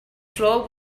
floor